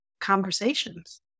conversations